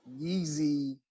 Yeezy